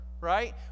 right